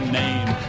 name